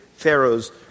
Pharaoh's